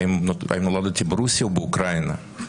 האם נולדתי ברוסיה או באוקראינה.